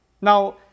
Now